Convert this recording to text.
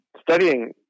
studying